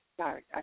sorry